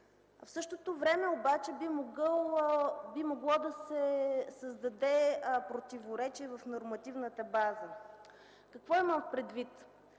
В същото време обаче би могло да се създаде противоречие в нормативната база. Какво имам предвид?